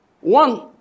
One